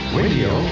radio